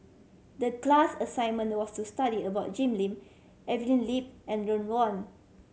the class assignment was to study about Jim Lim Evelyn Lip and Ron Wong